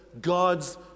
God's